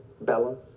balance